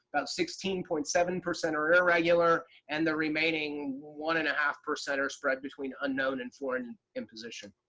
about sixteen point seven percent are irregular and the remaining one and a half percent are spread between unknown and foreign imposition.